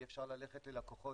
אי אפשר ללכת ללקוחות,